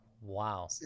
wow